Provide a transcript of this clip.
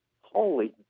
holy